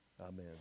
Amen